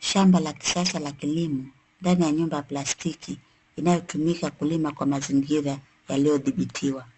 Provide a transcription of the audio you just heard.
Shamba la kisasa la kilimo, ndani ya nyuma ya plastiki, inayotumika kulima kwa mazingira yaliyothibitiwa